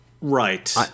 Right